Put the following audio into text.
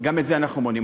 גם את זה אנחנו מונעים.